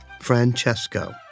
Francesco